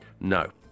No